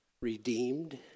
redeemed